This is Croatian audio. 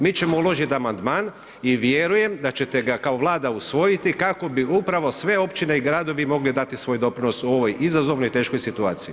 Mi ćemo uložiti amandman i vjerujem da ćete ga kao Vlada usvojiti kako bi upravo sve općine i gradovi mogli dati svoj doprinos u ovoj izazovnoj i teškoj situaciji.